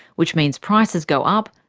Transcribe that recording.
which means prices go up,